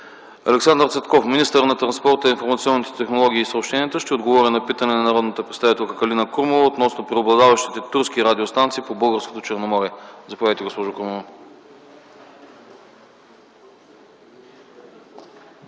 Александър Цветков – министър на транспорта, информационните технологии и съобщенията, ще отговори на питане от народната представителка Калина Крумова относно преобладаващите турски радиостанции по българското Черноморие. Заповядайте, госпожо Крумова.